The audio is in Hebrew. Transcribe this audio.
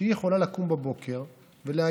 שהיא יכולה לקום בבוקר ולהגיד: